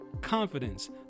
confidence